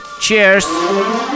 Cheers